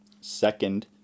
Second